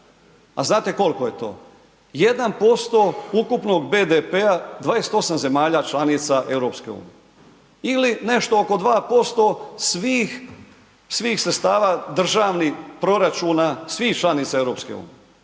a znate koliko je to? 1% ukupnog BDP-a 28 zemalja članica EU ili nešto oko 2% svih sredstava državnih proračuna, svih članica EU,